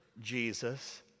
Jesus